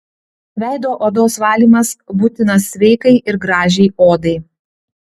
veido odos valymas būtinas sveikai ir gražiai odai